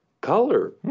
color